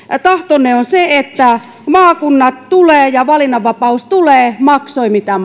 tahtonne on se että maakunnat tulevat ja valinnanvapaus tulee maksoi mitä